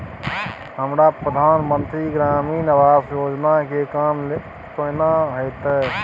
हमरा प्रधानमंत्री ग्रामीण आवास योजना के काम केना होतय?